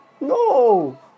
No